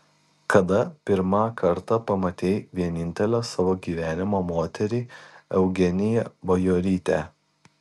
kada pirmą kartą pamatei vienintelę savo gyvenimo moterį eugeniją bajorytę